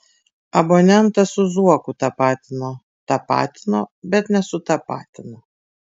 abonentą su zuoku tapatino tapatino bet nesutapatino